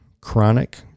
chronic